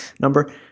number